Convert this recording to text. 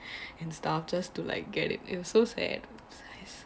and stuff just to like get it it was so sad sad